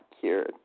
cured